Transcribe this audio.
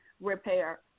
repair